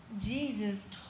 Jesus